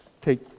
take